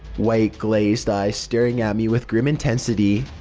white, glazed eyes staring at me with grim intensity.